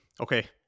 okay